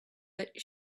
but